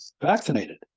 vaccinated